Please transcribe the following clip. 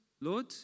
Lord